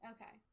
Okay